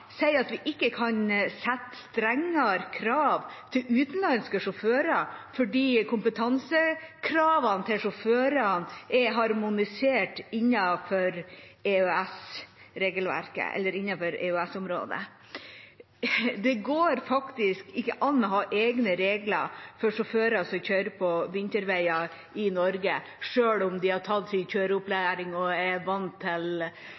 sier at vi ikke kan sette strengere krav til utenlandske sjåfører fordi kompetansekravene til sjåførene er harmonisert innenfor EØS-området. Det går faktisk ikke an å ha egne regler for sjåfører som kjører på vinterveier i Norge, selv om de har tatt kjøreopplæring og er vant til